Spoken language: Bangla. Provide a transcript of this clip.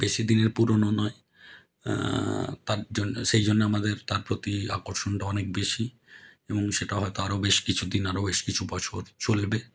বেশি দিনের পুরোনো নয় তার জন্য সেই জন্য আমাদের তার প্রতি আকর্ষণটা অনেক বেশি এবং সেটা হয়তো আরো বেশ কিছু দিন আরো বেশ কিছু বছর চলবে